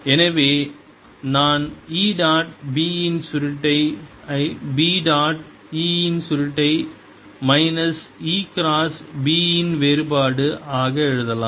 எனவே நான் E dot B இன் சுருட்டை ஐ B டாட் E இன் சுருட்டை மைனஸ் E கிராஸ் B இன் வேறுபாடு ஆக எழுதலாம்